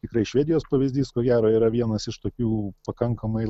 tikrai švedijos pavyzdys ko gero yra vienas iš tokių pakankamai